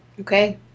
Okay